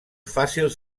fàcils